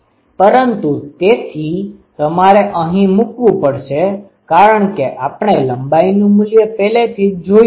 પરંતુ તેથી તમારે અહીં મૂકવું પડશે કારણ કે આપણે લંબાઈનું મૂલ્ય પહેલેથી જ જોયું છે